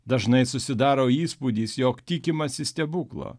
dažnai susidaro įspūdis jog tikimasi stebuklo